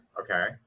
Okay